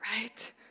right